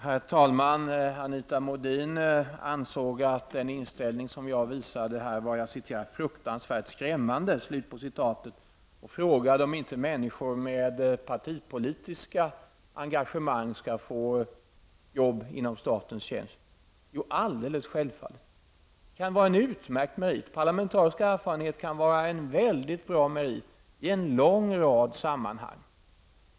Herr talman! Anita Modin ansåg att den inställning vi visade här var ''fruktansvärd skrämmande'' och frågade om inte människor med partipolitiskt engagemang skall få jobba i statens tjänst. Jo, alldeles självfallet. Parlamentarisk erfarenhet kan vara en utomordentlig merit i en lång rad sammanhang.